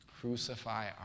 crucify